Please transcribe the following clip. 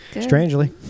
Strangely